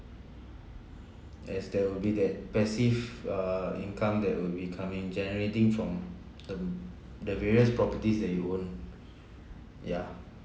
as there will be that passive err income that will be coming generating from um the various properties that you own yeah